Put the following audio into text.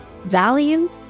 value